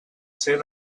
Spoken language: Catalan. ser